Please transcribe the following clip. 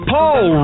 Paul